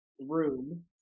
room